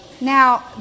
Now